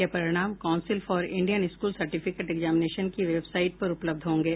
ये परिणाम council for Indian school certificate examination की वेबसाइट पर उपलब्ध होंगे